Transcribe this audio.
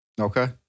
Okay